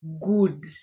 good